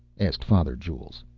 asked father jules.